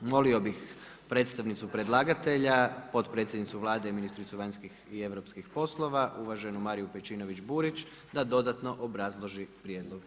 Molio bih predstavnicu predlagatelja, potpredsjednicu Vlade i ministricu vanjskih i europskih poslova, uvaženu Mariju Pejčinović-Burić da dodatno obrazloži prijedlog.